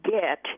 get